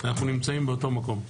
אנחנו נמצאים באותו מקום.